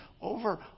over